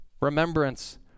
remembrance